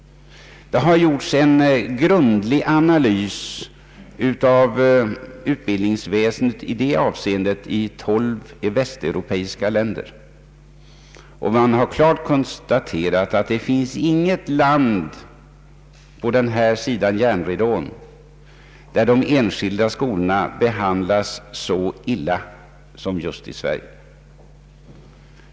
En grundlig analys har gjorts av utbildningsväsendet i detta avseende i tolv västeuropeiska länder. Därvid har klart konstaterats att de enskilda skolorna inte behandlas så illa i något annat land på denna sida om järnridån som just i Sverige.